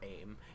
aim